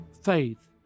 faith